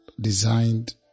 designed